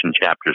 chapters